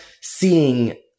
seeing